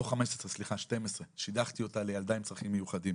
לא 15, 12, שידכתי אותה לילדה עם צרכים מיוחדים,